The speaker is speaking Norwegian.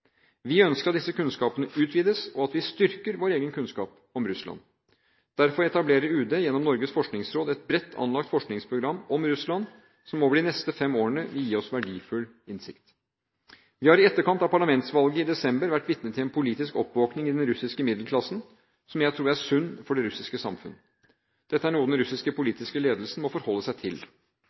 Vi ønsker at disse kontaktene utvides, og at vi styrker vår egen kunnskap om Russland. Derfor etablerer UD gjennom Norges forskningsråd et bredt anlagt forskningsprogram om Russland som over de neste fem årene vil gi oss verdifull innsikt. Vi har i etterkant av parlamentsvalget i desember vært vitne til en politisk oppvåkning i den russiske middelklassen som jeg tror er sunn for det russiske samfunnet. Dette er noe den russiske politiske ledelsen må forholde seg til.